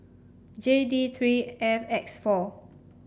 J D three F X four